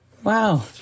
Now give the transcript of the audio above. Wow